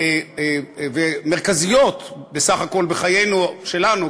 ומרכזיות בסך הכול בחיינו שלנו,